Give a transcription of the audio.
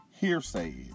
hearsay